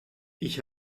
ich